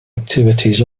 activities